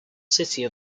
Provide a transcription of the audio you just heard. city